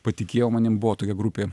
patikėjo manim buvo tokia grupė